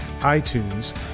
iTunes